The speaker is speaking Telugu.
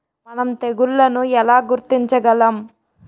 మనం తెగుళ్లను ఎలా గుర్తించగలం?